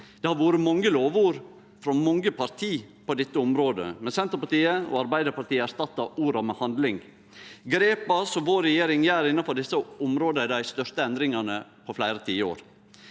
Det har vore mange lovord frå mange parti på dette området, men Senterpartiet og Arbeidarpartiet erstattar orda med handling. Grepa som vår regjering tek innanfor desse områda, er dei største endringane på fleire tiår.